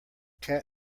cat